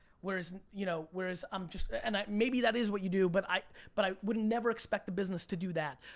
whereas you know whereas i'm just, ah and maybe that is what you do but i but i would never expect a business to do that.